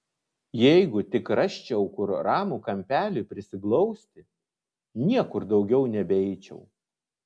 jeigu tik rasčiau kur ramų kampelį prisiglausti niekur daugiau nebeeičiau